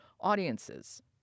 audiences